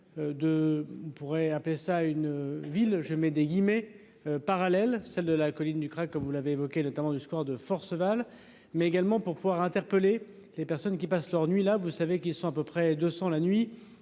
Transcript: on pourrait appeler ça une ville je mets des guillemets parallèle : celle de la colline du crack, comme vous l'avez évoqué notamment du score de Forgeval mais également pour pouvoir interpeller les personnes qui passent leurs nuits, là vous savez qui sont à peu près 200 la nuit